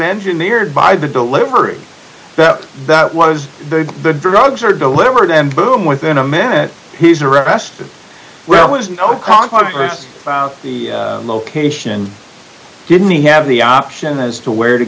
engineered by the delivery that was the drugs are delivered and boom within a minute he's arrested well was our congress the location didn't he have the option as to where to